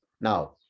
Now